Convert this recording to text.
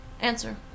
answer